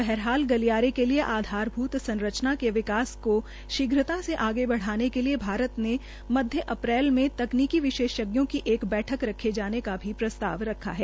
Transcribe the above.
बहरहाल गलियारे के लिये आधारभूत संरचना के विकास को शीघ्रता से आगे बढ़ाने के लिये भारत ने मध्य अप्रैल में तकनीकी विशेषज्ञों की एक बैठक रखे जाने का भी प्रस्ताव रखा है